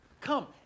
come